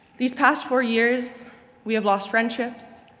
these past four years we have lost friendships,